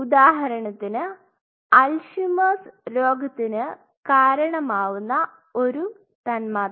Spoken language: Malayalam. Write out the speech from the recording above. ഉദാഹരണത്തിന് അൽഷിമേഴ്സ്Alzheimer's രോഗത്തിന് കാരണമാവുന്ന ഒരു തന്മാത്ര